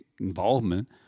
involvement